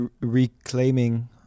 Reclaiming